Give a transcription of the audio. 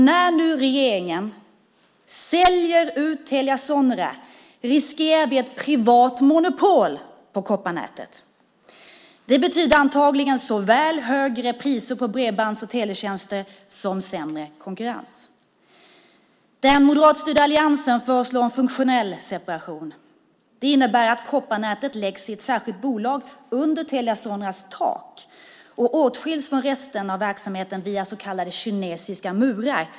När nu regeringen säljer ut Telia Sonera riskerar vi ett privat monopol på kopparnätet. Det betyder antagligen såväl högre priser på bredbands och teletjänster som sämre konkurrens. Den moderatstyrda alliansen föreslår en funktionell separation. Det innebär att kopparnätet läggs i ett särskilt bolag under Telia Soneras tak och åtskiljs från resten av verksamheten via så kallade kinesiska murar.